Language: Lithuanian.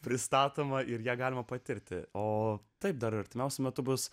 pristatoma ir ją galima patirti o taip dar artimiausiu metu bus